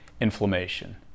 inflammation